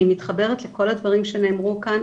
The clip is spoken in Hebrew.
אני מתחברת לכל הדברים שנאמרו כאן,